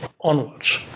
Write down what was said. onwards